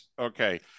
Okay